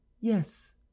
yes